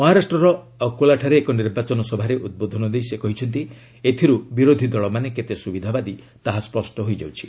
ମହାରାଷ୍ଟ୍ରର ଅକୋଲାଠାରେ ଏକ ନିର୍ବାଚନ ସଭାରେ ଉଦ୍ବୋଧନ ଦେଇ ସେ କହିଛନ୍ତି ଏଥିରୁ ବିରୋଧୀ ଦଳମାନେ କେତେ ସୁବିଧାବାଦି ତାହା ସ୍ୱଷ୍ଟ ହୋଇଯାଉଛି